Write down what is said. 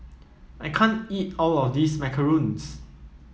I can't eat all of this macarons